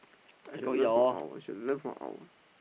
I should learn from our should learn from our